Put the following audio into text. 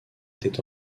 était